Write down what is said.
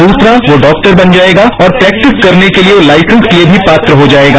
द्रसरा वो डॉक्टर बन जाएगा और प्रेक्टिस करने के लिए वह लाइसेंस के लिए भी पात्र हो जाएगा